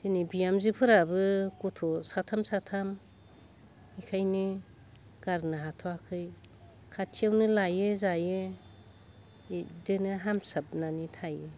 दिनै बिहाजोफोराबो गथ' साथाम साथाम बेखायोनो गारनो हाथ'आखै खाथियावनो लायो जायो बिबदिनो हामसाबनानै थायो